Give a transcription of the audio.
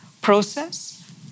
process